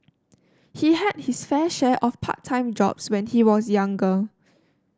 he had his fair share of part time jobs when he was younger